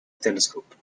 telescope